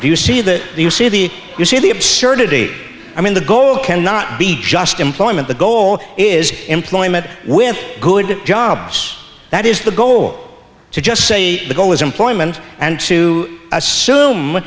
that you see the if you see the absurdity i mean the goal can not be just employment the goal is employment with good jobs that is the goal to just say the goal is employment and to assume